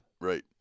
Right